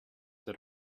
that